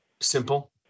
Simple